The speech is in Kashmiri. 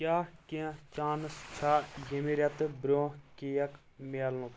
کیٛاہ کینٛہہ چانس چھا ییٚمہِ رٮ۪تہٕ برٛونٛہہ کیک مِیلنُک